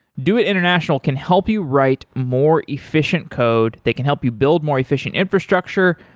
doit international can help you write more efficient code, they can help you build more efficient infrastructure.